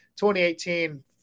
2018